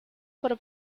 por